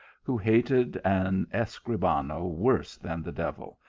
who hated an escribano worse than the devil,